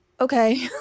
Okay